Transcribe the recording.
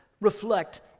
reflect